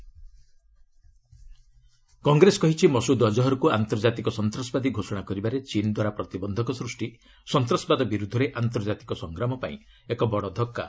କଂଗ୍ରେସ ମସ୍କଦ୍ ଅଜହର୍ କଂଗ୍ରେସ କହିଛି ମସୁଦ୍ ଅଜହର୍କୁ ଆନ୍ତର୍ଜାତିକ ସନ୍ତାସବାଦୀ ଘୋଷଣା କରିବାରେ ଚୀନ୍ ଦ୍ୱାରା ପ୍ରତିବନ୍ଧକ ସ୍ଚଷ୍ଟି ସନ୍ତାସବାଦ ବିରୁଦ୍ଧରେ ଆନ୍ତର୍ଜାତିକ ସଂଗ୍ରାମ ପାଇଁ ଏକ ବଡ଼ ଧକ୍କା